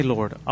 Lord